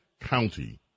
county